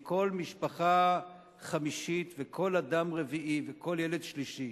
אם כל משפחה חמישית וכל אדם רביעי וכל ילד שלישי